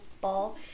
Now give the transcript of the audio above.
ball